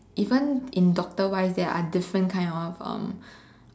even in doctor wise there are different kind of